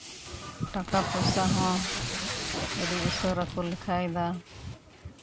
ᱴᱟᱠᱟ ᱯᱚᱭᱥᱟ ᱦᱚᱸ ᱟᱹᱰᱤ ᱩᱥᱟᱹᱨᱟ ᱠᱚ ᱞᱮᱠᱷᱟᱭᱫᱟ